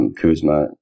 Kuzma